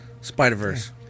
Spider-Verse